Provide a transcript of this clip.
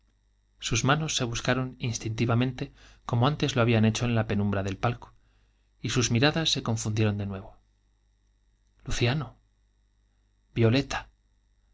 sus manos se buscaron instintivamente como antes lo habían hecho en la penumbra del palco y sus miradas se confundieron de nuevo i luciano l violeta